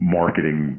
marketing